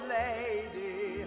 lady